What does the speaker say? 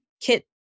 kit